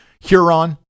Huron